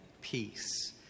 peace